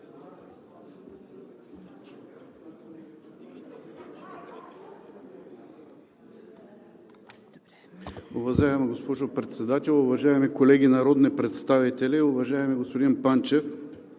Уважаема госпожо Председател, уважаеми колеги народни представители! Уважаеми господин Панчев,